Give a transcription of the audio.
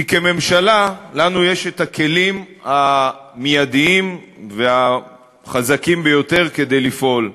כי כממשלה לנו יש הכלים המיידיים והחזקים ביותר לפעול.